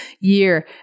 year